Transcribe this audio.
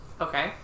Okay